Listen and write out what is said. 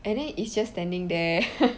and then it's just standing there